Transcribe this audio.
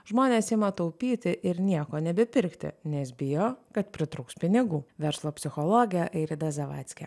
žmonės ima taupyti ir nieko nebepirkti nes bijo kad pritrūks pinigų verslo psichologė eirida zavadcki